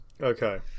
Okay